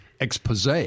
expose